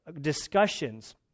discussions